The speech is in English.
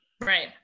Right